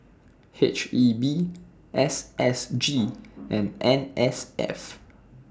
H E B S S G and N S F